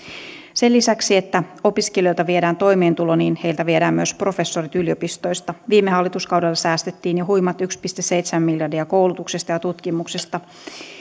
sen lisäksi että opiskelijoilta viedään toimeentulo heiltä viedään myös professorit yliopistoista viime hallituskaudella säästettiin jo huimat yksi pilkku seitsemän miljardia koulutuksesta ja tutkimuksesta